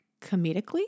comedically